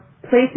places